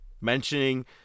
mentioning